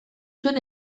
zuen